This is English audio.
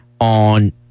on